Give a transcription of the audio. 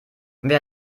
wer